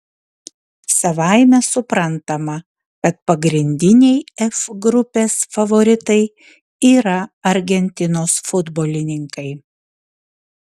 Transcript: savaime suprantama kad pagrindiniai f grupės favoritai yra argentinos futbolininkai